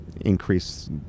increase